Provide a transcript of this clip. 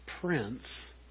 Prince